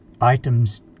items